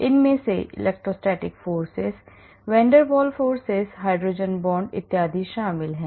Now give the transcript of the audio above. इनमें electrostatic forces van der val forces hydrogen bond शामिल हैं